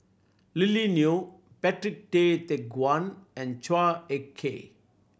Lily Neo Patrick Tay Teck Guan and Chua Ek Kay